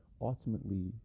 ultimately